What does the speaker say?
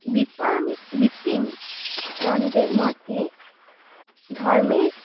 বিপান বিপিনচন্দ্রের মতে ধর্মের